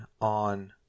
on